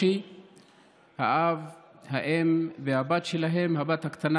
שהופץ תזכיר